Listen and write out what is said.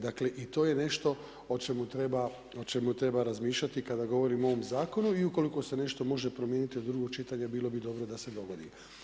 Dakle i to je nešto o čemu treba razmišljati kada govorimo o ovom zakonu i ukoliko se nešto može promijenit do drugog čitanja bilo bi dobro da se dogodi.